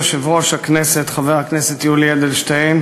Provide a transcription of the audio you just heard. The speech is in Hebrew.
אדוני יושב-ראש הכנסת חבר הכנסת יולי אדלשטיין,